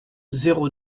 zéro